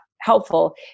helpful